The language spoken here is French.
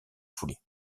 foulée